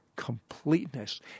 Completeness